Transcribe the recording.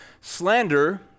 Slander